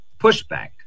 pushback